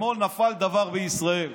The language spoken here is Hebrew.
אתמול נפל דבר בישראל,